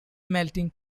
melting